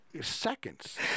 seconds